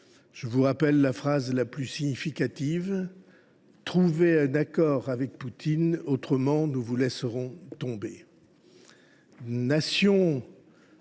Je vous rappelle la phrase la plus significative :« Trouvez un accord avec Poutine ; autrement, nous vous laisserons tomber.